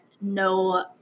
no